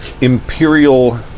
Imperial